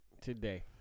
today